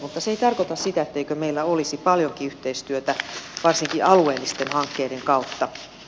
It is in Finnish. mutta se ei tarkoita sitä etteikö meillä olisi paljonkin yhteistyötä varsinkin alueellisten hankkeiden kautta